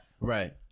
right